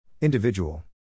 Individual